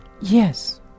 Yes